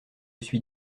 suis